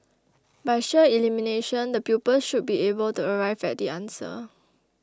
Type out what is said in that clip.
by sheer elimination the pupils should be able to arrive at the answer